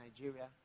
Nigeria